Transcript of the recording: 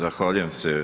Zahvaljujem se.